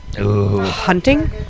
Hunting